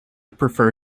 prefer